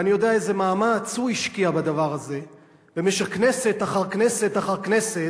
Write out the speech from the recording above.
ואני יודע איזה מאמץ הוא השקיע בדבר הזה כנסת אחר כנסת אחר כנסת,